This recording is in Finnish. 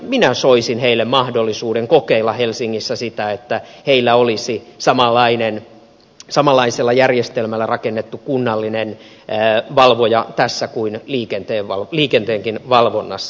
minä soisin heille mahdollisuuden kokeilla helsingissä sitä että olisi samanlaisella järjestelmällä rakennettu kunnallinen valvoja tässä kuin liikenteenkin valvonnassa